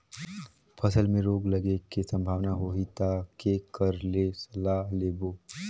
फसल मे रोग लगे के संभावना होही ता के कर ले सलाह लेबो?